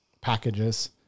packages